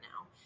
now